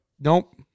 nope